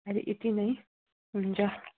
अहिले यति नै हुन्छ